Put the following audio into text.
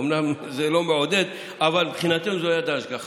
אומנם זה לא מעודד, אבל מבחינתי זו יד ההשגחה.